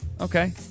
Okay